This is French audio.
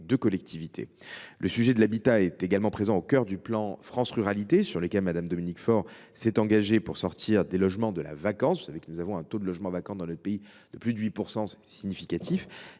des collectivités. Le sujet de l’habitat est également présent au cœur du plan France Ruralités, sur lequel Mme Dominique Faure s’est engagée pour sortir des logements de la vacance. Vous savez que notre pays compte un taux de logements vacants de plus de 8 %; c’est significatif.